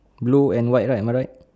blue and white right am I right